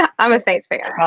and i'm a saints fan. oh